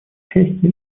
участия